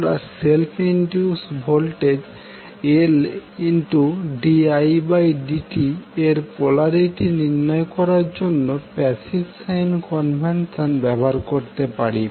আমরা self induced voltage Ldidt এর polarity নির্ণয় করার জন্য প্যাসিভ সাইন কনভেনশন ব্যবহার করতে পারি